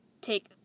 take